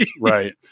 Right